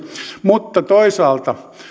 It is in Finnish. mutta toisaalta